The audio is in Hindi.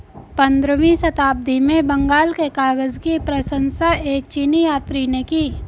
पंद्रहवीं शताब्दी में बंगाल के कागज की प्रशंसा एक चीनी यात्री ने की